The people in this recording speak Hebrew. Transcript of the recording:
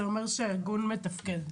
זה אומר שהארגון מתפקד.